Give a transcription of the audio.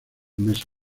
mesa